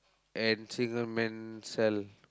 and single man cell